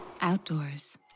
outdoors